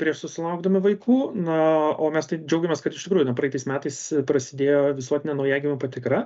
prieš susilaukdami vaikų na o mes tai džiaugiamės kad iš tikrųjų ten praeitais metais prasidėjo visuotinė naujagimių patikra